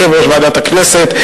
יושב-ראש ועדת הכנסת,